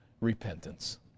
repentance